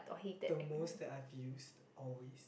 the most that I've used always